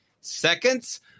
seconds